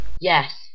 Yes